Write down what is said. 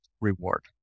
reward